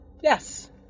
Yes